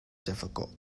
difficult